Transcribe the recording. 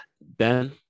ben